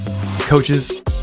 Coaches